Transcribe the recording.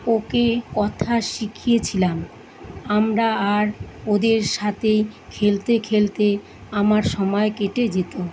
ওকে কথা শিখিয়েছিলাম আমরা আর ওদের সাথেই খেলতে খেলতে আমার সময় কেটে যেত